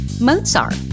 Mozart